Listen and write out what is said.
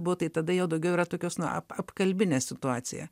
buvo tai tada jau daugiau yra tokios na ap apkalbinė situacija